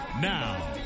Now